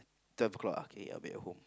ten o-clock okay I bake at home